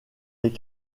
les